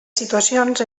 situacions